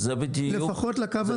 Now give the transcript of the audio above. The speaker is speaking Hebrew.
לפחות לקו הזה.